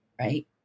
right